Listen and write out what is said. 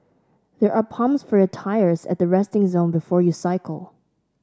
there are pumps for your tyres at the resting zone before you cycle